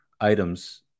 items